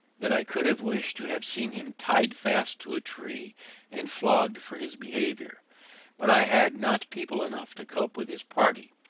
that i could have wished to have seen him tied fast to a tree and flogged for his behaviour but i had not people enough to cope with his party.